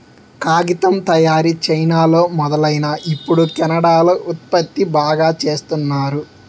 కాగితం తయారీ చైనాలో మొదలైనా ఇప్పుడు కెనడా లో ఉత్పత్తి బాగా చేస్తున్నారు